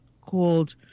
called